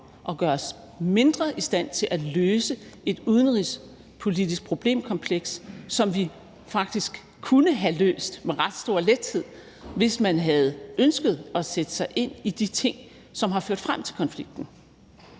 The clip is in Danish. og gør os mindre i stand til at løse et udenrigspolitisk problemkompleks, som vi faktisk kunne have løst med ret stor lethed, hvis man havde ønsket at sætte sig ind i de ting, som har ført frem til konflikten.